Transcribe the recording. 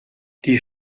die